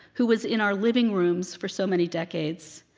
who was in our living rooms for so many decades,